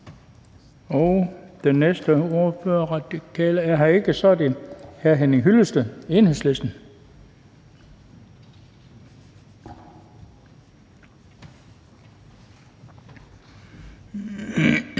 Den næste ordfører fra De Radikale er her ikke. Så er det hr. Henning Hyllested, Enhedslisten.